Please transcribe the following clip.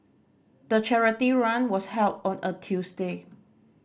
the charity run was held on a Tuesday